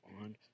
on